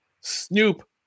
Snoop